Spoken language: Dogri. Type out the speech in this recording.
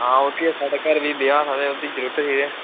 हां ओह् बी साढ़े घर ब्याह् हा ते ओह्दी जरूरत ही ते